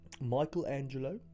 Michelangelo